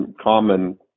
common